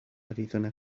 arizona